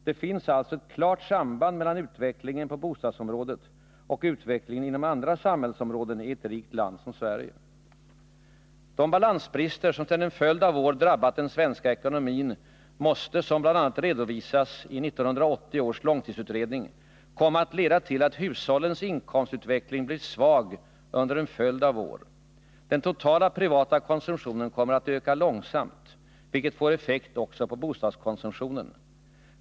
Det finns alltså ett klart samband mellan utvecklingen på bostadsområdet och utvecklingen inom andra samhällsområden i ett rikt land som Sverige. De balansbrister som sedan en följd av år drabbat den svenska ekonomin måste, som bl.a. redovisas i 1980 års långtidsutredning, komma att leda till att hushållens inkomstutveckling blir svag under en följd av år. Den totala privata konsumtionen kommer att öka långsamt, vilket får effekt också på bostadskonsumtionen.